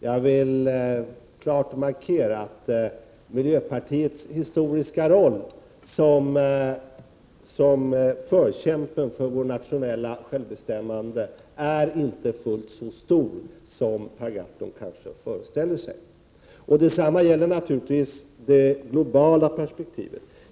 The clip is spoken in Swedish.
Jag vill klart markera att miljöpartiets historiska roll som förkämpe för vårt nationella självbestämmande inte är fullt så stor som Per Gahrton kanske föreställer sig. Detsamma gäller naturligtvis det globala perspektivet.